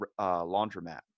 laundromat